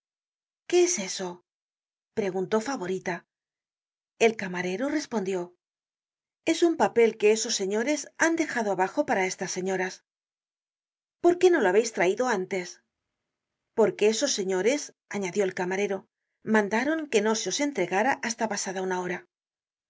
qué es eso preguntó favorita el camarero respondió es ün papel que esos señores han dejado abajo para estas señoras por qué no lo habeis traido antes porque esos señores añadió el camarero mandaron que no se os entregara hasta pasada una hora